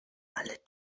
ale